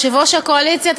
יושב-ראש הקואליציה,